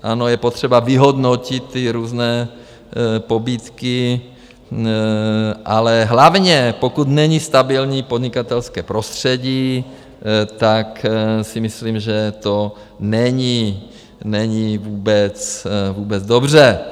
Ano, je potřeba vyhodnotit ty různé pobídky, ale hlavně, pokud není stabilní podnikatelské prostředí, tak si myslím, že to není vůbec dobře.